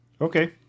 Okay